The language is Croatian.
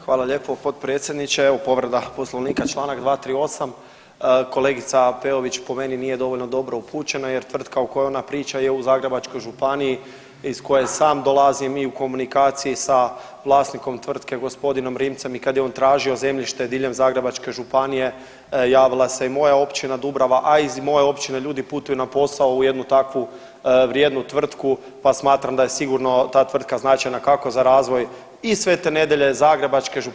Hvala lijepo potpredsjedniče, evo povreda Poslovnika čl. 238, kolegica Peović po meni nije dovoljno dobro upućena jer tvrtka o kojoj ona priča je u Zagrebačkoj županiji iz koje sam dolazim i u komunikaciji sa vlasnikom tvrtke g. Rimcem i kad je on tražio zemljište diljem Zagrebačke županije, javila se i moja općina Dubrava, a iz moje općine ljudi putuju na posao u jednu takvu vrijednu tvrtku pa smatram da je sigurno ta tvrtka značajna, kako za razvoj i Svete Nedelje, Zagrebačke županije, ali i RH.